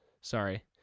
sorry